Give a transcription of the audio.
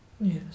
Yes